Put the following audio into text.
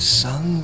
sun